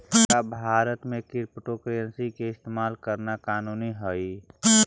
का भारत में क्रिप्टोकरेंसी के इस्तेमाल करना कानूनी हई?